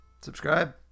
subscribe